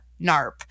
NARP